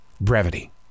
Brevity